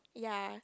ya